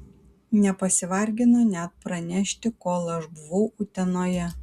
nepasivargino net pranešti kol aš buvau utenoje